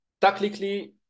Tactically